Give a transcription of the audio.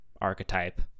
archetype